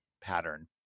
pattern